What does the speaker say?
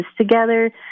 together